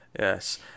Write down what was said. Yes